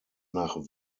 nach